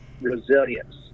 resilience